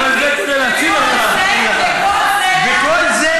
וכל זה,